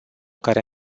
care